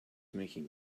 making